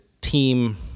team